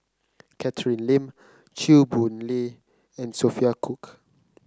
Catherine Lim Chew Boon Lay and Sophia Cooke